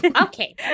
Okay